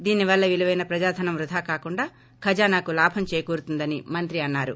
దీని వల్ల విలువైన ప్రజాధనం వృదా కాకుండా ఖజానా లాభం చేకూరుతుందని మంత్రి అన్నారు